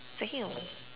damn